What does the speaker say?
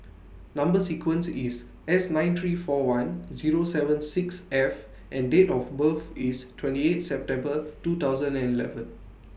Number sequence IS S nine three four one Zero seven six F and Date of birth IS twenty eight September two thousand and eleven